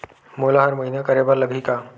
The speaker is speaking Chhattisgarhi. मोला हर महीना करे बर लगही का?